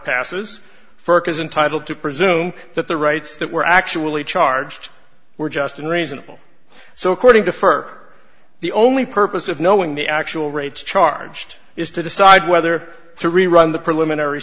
passes for it is entitle to presume that the rights that were actually charged were just and reasonable so according to for the only purpose of knowing the actual rates charged is to decide whether to rerun the preliminary